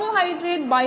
2 ന്റെ വിപരീതം 0